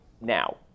now